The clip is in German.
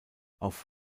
auf